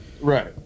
Right